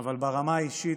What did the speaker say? אבל ברמה האישית